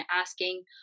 asking